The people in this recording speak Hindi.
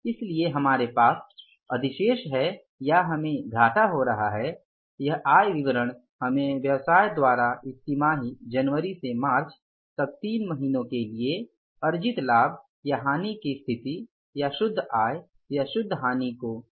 इसलिए हमारे पास अधिशेष हैं या हमें घाटा हो रहा है यह आय विवरण हमें व्यवसाय द्वारा इस तिमाही जनवरी से मार्च तक तीन महीने के लिए अर्जित लाभ या हानि की स्थिति या शुद्ध आय या शुद्ध हानि को जानने में मदद करता है